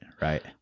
right